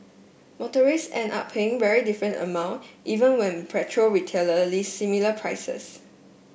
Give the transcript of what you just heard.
motorist end up paying very different amount even when petrol retailer list similar prices